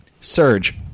Surge